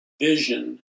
vision